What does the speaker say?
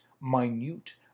minute